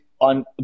on